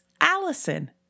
Allison